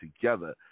together